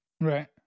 Right